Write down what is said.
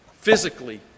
Physically